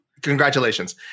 Congratulations